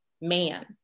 man